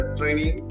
training